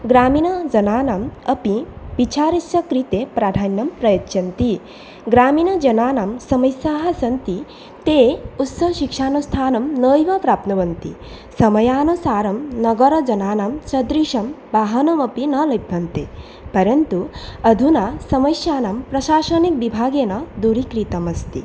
ग्रामीनजनानाम् अपि विचारस्य कृते प्राधान्यं प्रयच्छन्ति ग्रामीनजनानां समस्याः सन्ति ते उच्चशिक्षनस्थानं नैव प्राप्नुवन्ति समयानुसारं नगरजनानां सदृश्यं बाहनमपि न लभ्यन्ते परन्तु अधुना समस्यानां प्रशासनीकविभागेन दूरिकृतम् अस्ति